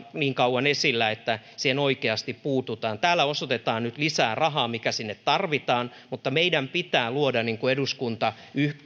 niin kauan esillä että siihen oikeasti puututaan täällä osoitetaan nyt lisää rahaa mikä sinne tarvitaan mutta meidän pitää etsiä niin kuin eduskunta